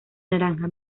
naranja